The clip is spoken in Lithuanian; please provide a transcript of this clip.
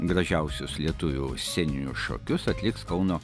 gražiausius lietuvių sceninius šokius atliks kauno